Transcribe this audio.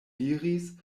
diris